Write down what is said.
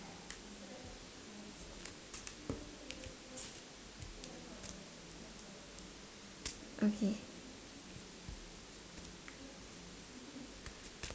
okay